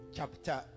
Chapter